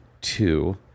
two